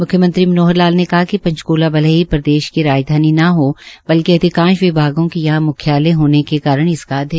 मुख्यमंत्री श्री मनोहर लाल ने कहा है कि पंचक्ला भले ही प्रदेश की राजधानी न हो बल्कि अधिकांश विभागों के यहां म्ख्यालय होने के कारण इसका अधिक महत्व है